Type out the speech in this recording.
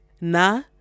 na